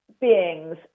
beings